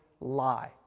lie